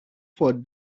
for